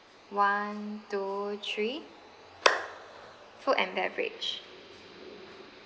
one two three food and beverage